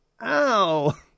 Ow